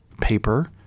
paper